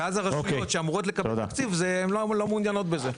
ואז הרשויות שאמורות לקבל תקציב לא מעוניינות בזה.